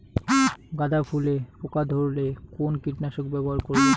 গাদা ফুলে পোকা ধরলে কোন কীটনাশক ব্যবহার করব?